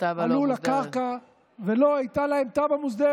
איזה החלטות?